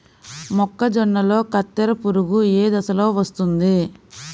మొక్కజొన్నలో కత్తెర పురుగు ఏ దశలో వస్తుంది?